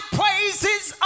praises